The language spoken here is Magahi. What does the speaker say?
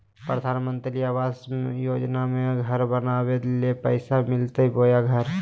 प्रधानमंत्री आवास योजना में घर बनावे ले पैसा मिलते बोया घर?